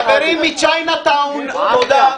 החברים מצ'יינה טאון, תודה.